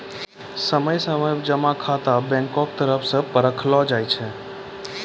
समय समय पर जमा खाता बैंको के तरफो से परखलो जाय छै